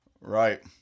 Right